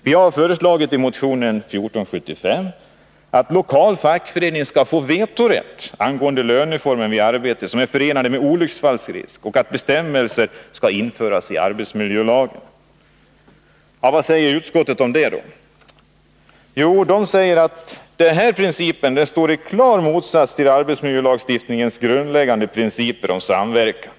Vi har föreslagit i motion 1475 att den lokala fackföreningen skall få vetorätt angående löneformer vid arbete som är förenat med olycksrisker och att bestämmelser härom skall införas i arbetsmiljölagen. Vad säger utskottet om detta? Jo, man säger att den här principen står i klar motsats till arbetsmiljölagens grundläggande principer om samverkan.